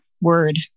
word